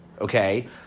Okay